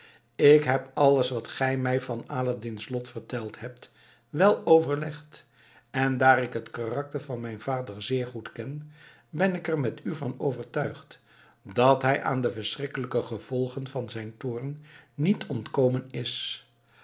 ik heb alles wat gij mij van aladdin's lot verteld hebt wel overlegd en daar ik het karakter van mijn vader zeer goed ken ben ik er met u van overtuigd dat hij aan de verschrikkelijke gevolgen van zijn toorn niet ontkomen is